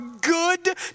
good